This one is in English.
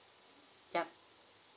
yup